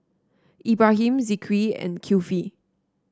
Ibrahim Zikri and Kifli